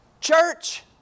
church